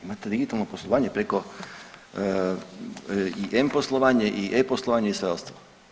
Imate digitalno poslovanje preko i m-poslovanje i e-poslovanje i sve ostalo.